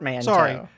sorry